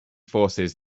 forces